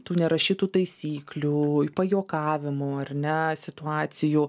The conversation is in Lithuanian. tų nerašytų taisyklių pajuokavimų ar ne situacijų